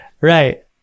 right